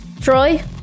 Troy